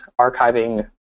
archiving